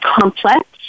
complex